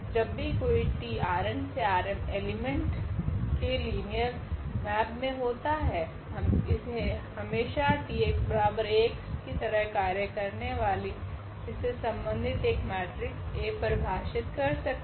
जब भी कोई 𝑇 ℝ𝑛 → ℝ𝑚 एलीमेंट्स के लिनियर मेप मे होता है हमे हमेशा 𝑇𝑥 𝐴𝑥 की तरह कार्य करने वाली इससे संबन्धित एक मेट्रिक्स A परिभाषित कर सकते है